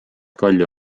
kalju